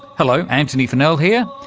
hello, antony funnell here,